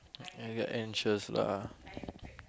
I get anxious lah